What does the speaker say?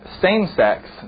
same-sex